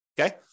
okay